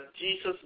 Jesus